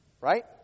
right